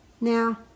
Now